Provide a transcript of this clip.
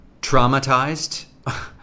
traumatized